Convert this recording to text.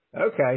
Okay